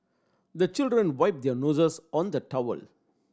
the children wipe their noses on the towel